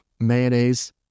mayonnaise